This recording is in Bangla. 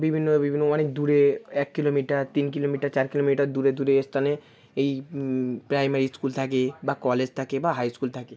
বিভিন্ন বিভিন্ন অনেক দূরে এক কিলোমিটার তিন কিলোমিটার চার কিলোমিটার দূরে দূরে স্থানে এই প্রাইমারি স্কুল থাকে বা কলেজ থাকে বা হাই স্কুল থাকে